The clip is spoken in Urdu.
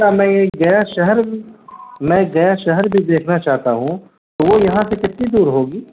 سا میں گیا شہر میں گیا شہر بھی دیکھنا چاہتا ہوں تو وہ یہاں سے کتنی دور ہوگی